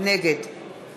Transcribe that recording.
נגד